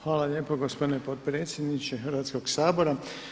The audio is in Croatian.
Hvala lijepo gospodine potpredsjedniče Hrvatskog sabora.